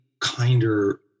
kinder